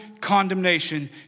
condemnation